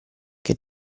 che